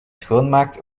schoonmaakt